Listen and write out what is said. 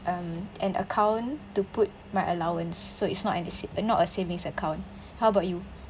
um an account to put my allowance so it's not a not a savings account how about you